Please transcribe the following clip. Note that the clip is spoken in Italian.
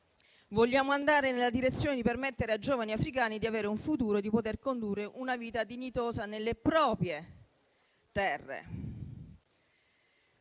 vogliamo andare nella direzione di permettere ai giovani africani di avere un futuro e di poter condurre una vita dignitosa nelle proprie terre.